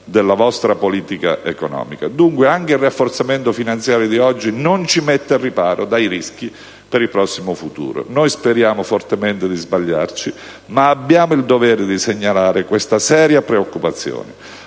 della vostra politica economica. Dunque, anche il rafforzamento finanziario di oggi non ci mette al riparo dai rischi per il prossimo futuro. Speriamo fortemente di sbagliarci, ma abbiamo il dovere di segnalare questa seria preoccupazione.